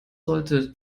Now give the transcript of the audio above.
sollte